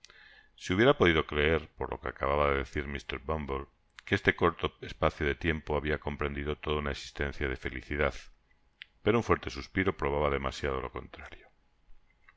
se hubiera podido creer por lo que acababa de decir mr bumble que este corto espacio de tiempo habia comprendido toda una existencia de felicidad pero un fuerte suspiro probaba demasiado lo contrario